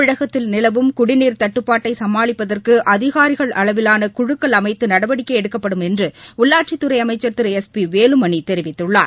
தமிழகத்தில் நிலவும் குடிநீர் தட்டுபாட்டை சமாளிப்பதற்கு அதிகாரிகள் அளவிலான குழுக்கள் அமைத்து நடவடிக்கை எடுக்கப்படும் என்று உள்ளாட்சித்துறை அமைச்சா் திரு எஸ் பி வேலுமணி தெரிவித்துள்ளார்